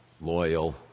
loyal